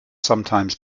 sometimes